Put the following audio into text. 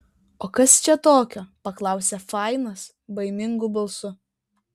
o kas čia tokio paklausė fainas baimingu balsu